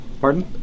Pardon